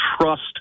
trust